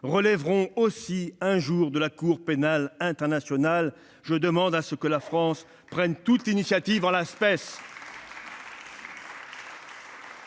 relèveront aussi, un jour, de la Cour pénale internationale : je demande que la France prenne toute initiative en l'espèce.